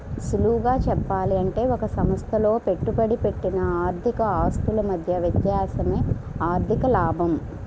సులువుగా చెప్పాలంటే ఒక సంస్థలో పెట్టుబడి పెట్టిన ఆర్థిక ఆస్తుల మధ్య వ్యత్యాసమే ఆర్ధిక లాభం